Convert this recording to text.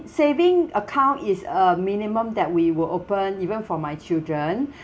saving account is a minimum that we will open even for my children